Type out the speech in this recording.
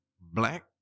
black